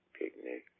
picnic